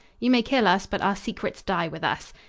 you may kill us, but our secrets die with us.